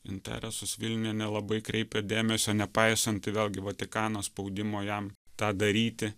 interesus vilniuje nelabai kreipė dėmesio nepaisant vėlgi vatikano spaudimo jam tą daryti